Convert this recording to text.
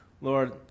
Lord